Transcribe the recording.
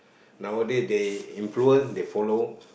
nowadays they influence they follow